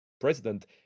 President